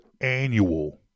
annual